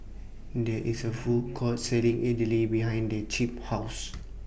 There IS A Food Court Selling Idly behind The Chip's House